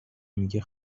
میگه